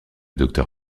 docteur